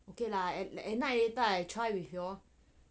okay lah at night later I try with you all